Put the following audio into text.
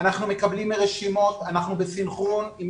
אנחנו מקבלים רשימות ואנחנו בסנכרון עם